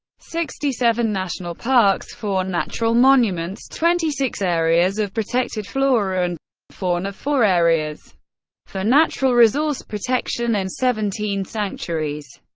sixty seven national parks, four natural monuments, twenty six areas of protected flora and fauna, four areas for natural resource protection and seventeen sanctuaries.